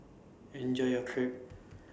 Enjoy your Crepe